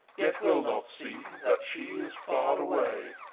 yet will not see, that she is far away!